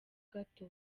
gato